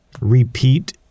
repeat